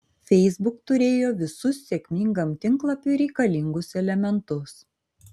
facebook turėjo visus sėkmingam tinklalapiui reikalingus elementus